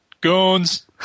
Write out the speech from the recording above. Goons